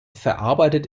verarbeitet